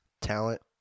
talent